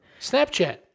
Snapchat